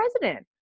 president